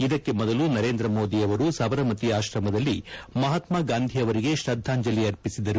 ಇದಕ್ಕೆ ಮೊದಲು ನರೇಂದ್ರ ಮೋದಿ ಅವರು ಸಬರಮತಿ ಆಶ್ರಮದಲ್ಲಿ ಮಹಾತ್ಮ ಗಾಂಧಿ ಅವರಿಗೆ ಶ್ರದ್ದಾಂಜಲಿ ಅರ್ಪಿಸಿದರು